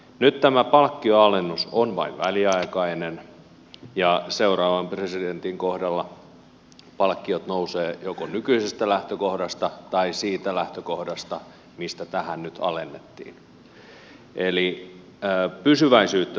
nyt tämä palkkioalennus on vain väliaikainen ja seuraavan presidentin kohdalla palkkiot nousevat joko nykyisestä lähtökohdasta tai siitä lähtökohdasta mistä tähän nyt alennettiin eli pysyväisyyttä tähän